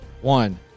one